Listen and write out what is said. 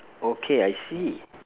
okay I see